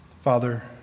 Father